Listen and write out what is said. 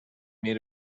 need